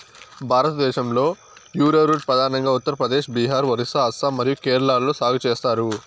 భారతదేశంలో, యారోరూట్ ప్రధానంగా ఉత్తర ప్రదేశ్, బీహార్, ఒరిస్సా, అస్సాం మరియు కేరళలో సాగు చేస్తారు